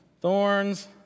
Thorns